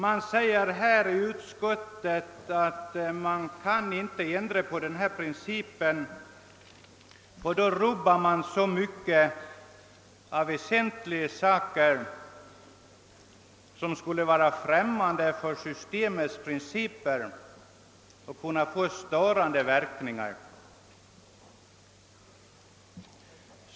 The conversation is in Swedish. Utskottet hänvisar till ett uttalande av departementschefen att fyllnadsregler skulle vara främmande för systemets principer och kunna få störande verkningar.